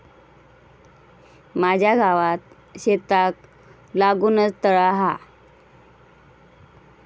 माझ्या गावात शेताक लागूनच तळा हा